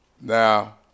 Now